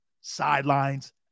sidelines